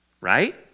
right